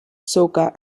soca